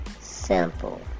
simple